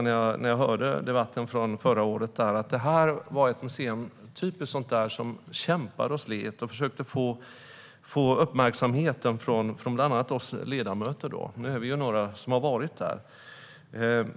När jag hörde debatten från förra året slog det mig att detta var ett typiskt sådant museum som kämpar och sliter för att försöka få uppmärksamhet från bland andra oss ledamöter. Nu har några av oss varit där.